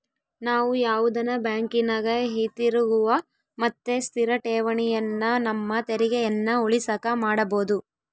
ನಾವು ಯಾವುದನ ಬ್ಯಾಂಕಿನಗ ಹಿತಿರುಗುವ ಮತ್ತೆ ಸ್ಥಿರ ಠೇವಣಿಯನ್ನ ನಮ್ಮ ತೆರಿಗೆಯನ್ನ ಉಳಿಸಕ ಮಾಡಬೊದು